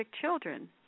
children